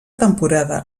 temporada